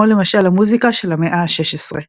כמו למשל המוזיקה של המאה ה-16.